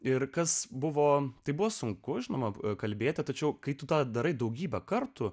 ir kas buvo tai buvo sunku žinoma kalbėta tačiau kai tu tą darai daugybę kartų